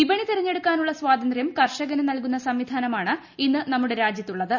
വിപണി തിരഞ്ഞെടുക്കാനുള്ള സ്വാതന്ത്രൃം കർഷകന് നൽകുന്ന സംവിധാനമാണ് ഇന്ന് നമ്മുടെ രാജ്യത്തുള്ളത്